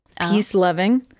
peace-loving